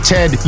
Ted